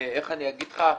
איך אני אגיד לך?